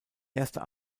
erster